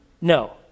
no